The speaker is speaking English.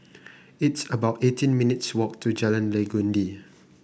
it's about eighteen minutes' walk to Jalan Legundi